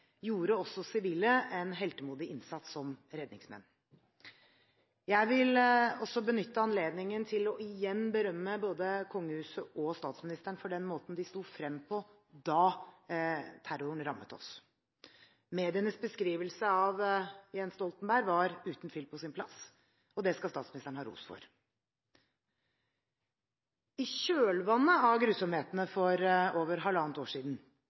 gjorde også sivile en heltemodig innsats som redningsmenn. Jeg vil benytte anledningen til igjen å berømme både kongehuset og statsministeren for den måten de sto frem på da terroren rammet oss. Medienes beskrivelse av Jens Stoltenberg var uten tvil på sin plass, og det skal statsministeren ha ros for. I kjølvannet av grusomhetene for mer enn halvannet år siden